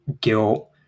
guilt